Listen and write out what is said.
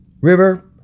River